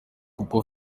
kuko